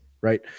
Right